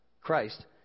Christ